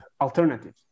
alternative